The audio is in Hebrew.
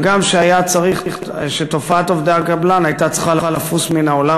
הגם שתופעת עובדי הקבלן הייתה צריכה לפוס מן העולם,